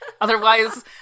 Otherwise